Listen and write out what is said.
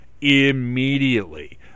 immediately